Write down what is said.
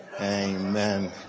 Amen